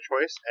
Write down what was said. choice